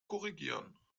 korrigieren